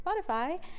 Spotify